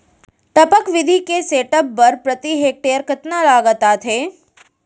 टपक विधि के सेटअप बर प्रति हेक्टेयर कतना लागत आथे?